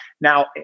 now